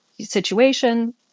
situation